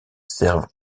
servent